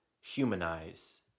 humanize